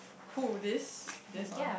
who this this one